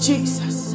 Jesus